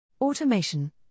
Automation